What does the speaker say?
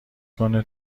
کنه